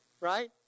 Right